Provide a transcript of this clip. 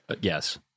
Yes